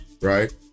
Right